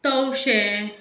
तवशें